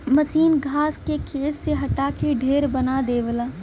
मसीन घास के खेत से हटा के ढेर बना देवला